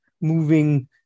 moving